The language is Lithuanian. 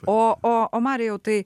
o o o marijau tai